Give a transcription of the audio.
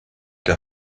der